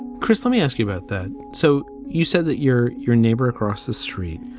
chris, let me ask you about that. so you said that your your neighbor across the street.